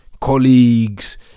colleagues